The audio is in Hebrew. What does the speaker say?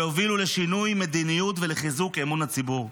שהובילו לשינוי מדיניות ולחיזוק אמון הציבור.